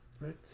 right